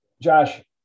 josh